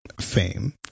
fame